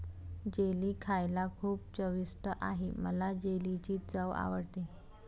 jelly खायला खूप चविष्ट आहे मला जेलीची चव आवडते